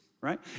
right